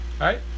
right